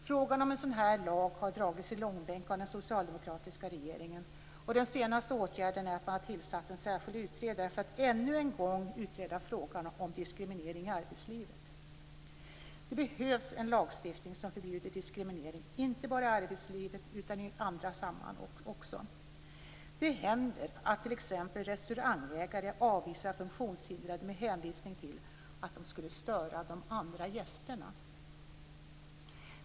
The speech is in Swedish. Frågan om en sådan här lag har dragits i långbänk av den socialdemokratiska regeringen. Den senaste åtgärden är att man har tillsatt en särskild utredare för att ännu en gång utreda frågan om diskriminering i arbetslivet. Det behövs en lagstiftning som förbjuder diskriminering, inte bara i arbetslivet utan i andra sammanhang också. Det händer att t.ex. restaurangägare avvisar funktionshindrade med hänvisning till att "de skulle störa de andra gästerna".